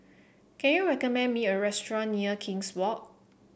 can you recommend me a restaurant near King's Walk